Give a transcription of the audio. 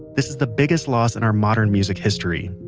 this is the biggest loss in our modern music history.